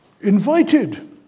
invited